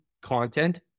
content